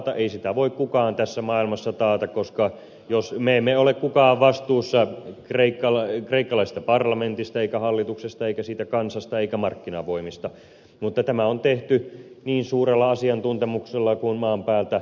ei sitä voi kukaan tässä maailmassa taata koska me emme ole kukaan vastuussa kreikkalaisesta parlamentista emmekä hallituksesta emmekä siitä kansasta emmekä markkinavoimista mutta tämä on tehty niin suurella asiantuntemuksella kuin maan päältä löytyy